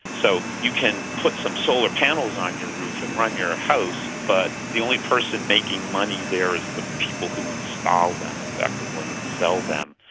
so you can put some solar panels on your roof and run your house, but the only person making money there is the people who install them, effectively, and sell them.